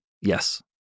yes